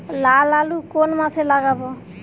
লাল আলু কোন মাসে লাগাব?